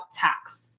tax